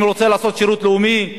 אם הוא רוצה לעשות שירות לאומי,